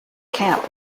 camp